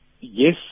Yes